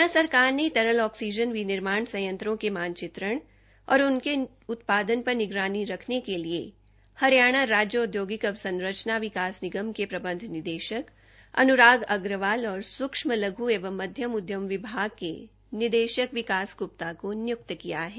हरियाणा सरकार ने तरल ऑक्सीजन विनिर्माण संयंत्रों के मानचित्रण और उनके उत्पादन पर निगरानी रखने के लिए हरियाणा राज्य औदयोगिक अवसंरचना विकास निगम के प्रबंध निदेशक अन्राग अग्रवाल और सूक्ष्म लघ् एवं मध्यम उद्यम विभाग के निदेशक विकास ग्र्प्ता को नियुक्त किया है